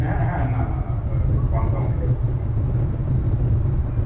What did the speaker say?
হ্যাঁ হ্যাঁ না না না কনফার্ম হয়ে যাবে ঠিক আছে হুম হুম